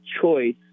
choice